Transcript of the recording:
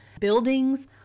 buildings